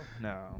No